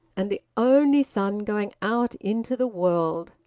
and the only son going out into the world!